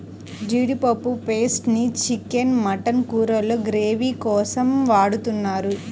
జీడిపప్పు పేస్ట్ ని chicken, mutton కూరల్లో గ్రేవీ కోసం వాడుతున్నారు